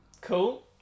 Cool